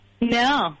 No